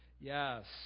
Yes